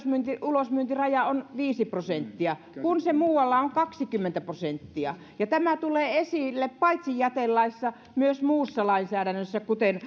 ulosmyyntiraja on viisi prosenttia kun se muualla on kaksikymmentä prosenttia tämä tulee esille paitsi jätelaissa myös muussa lainsäädännössä kuten